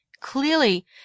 Clearly